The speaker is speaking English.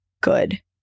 good